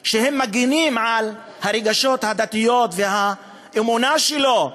שמגִנים על הרגשות הדתיים והאמונה שלו,